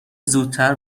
زودتر